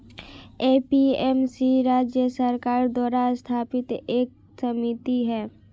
APMC राज्य सरकार द्वारा स्थापित एक समिति है